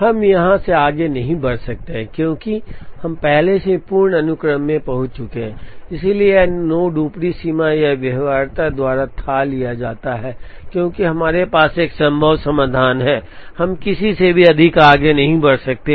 हम यहां से आगे नहीं बढ़ सकते हैं क्योंकि हम पहले ही पूर्ण अनुक्रम में पहुंच चुके हैं इसलिए यह नोड ऊपरी सीमा या व्यवहार्यता द्वारा थाह लिया जाता है क्योंकि हमारे पास एक संभव समाधान है हम किसी भी अधिक आगे नहीं बढ़ सकते हैं